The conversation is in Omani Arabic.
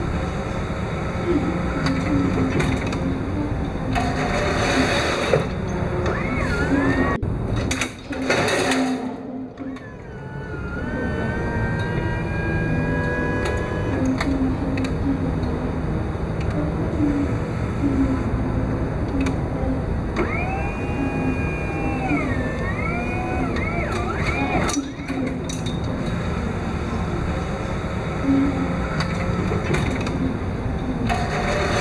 اكيد اذا كان بأمكاني السفر للفضاء سأفعل ذلك بلا تردد، الفضول لاستكشاف الكون والمعرفة كيف يبدو الفضاء من هناك بيكون شعور جدا رائع، بشعر ان تجربة هذي بتفتح لي افاق جديدة، و بتزيد من فهمي للعالم من حولنا ،واكتشف قدرة الله سبحانه وتعالى في تكوين التيسير هذا الكون.